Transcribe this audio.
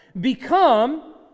become